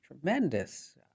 tremendous